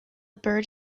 bird